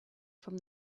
from